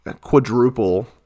quadruple